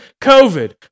COVID